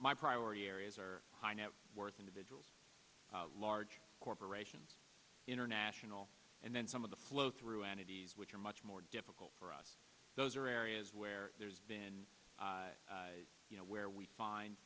my priority areas are high net worth individuals large corporations international and then some of the flow through entities which are much more difficult for us those are areas where there's been you know where we find